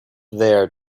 there